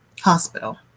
hospital